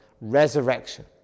Resurrection